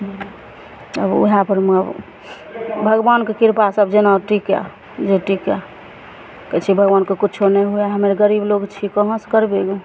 आब ओहएपरमे अब भगवानके कृपा सब जेना टीकए जे टीकए कहै छै भगवानके किच्छो नहि हुए हम्मे आर गरीब लोग छी कहाँस करबै ओहिमे